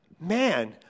man